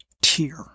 tier